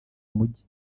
umugi